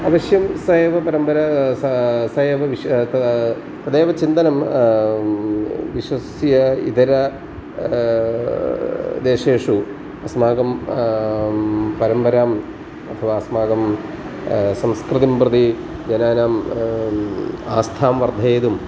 अवश्यं सा एव परम्परा सा एव विशेषः तदेव चिन्तनं विश्वस्य इतर देशेषु अस्माकं परम्पराम् अथवा अस्माकं संस्कृतिं प्रति जनानाम् आस्थां वर्धयितुं